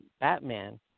Batman